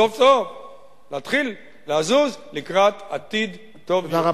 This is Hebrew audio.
סוף-סוף להתחיל לזוז לקראת עתיד טוב יותר.